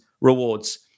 rewards